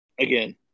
again